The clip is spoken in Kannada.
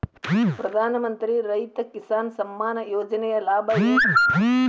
ಪ್ರಧಾನಮಂತ್ರಿ ರೈತ ಕಿಸಾನ್ ಸಮ್ಮಾನ ಯೋಜನೆಯ ಲಾಭ ಏನಪಾ?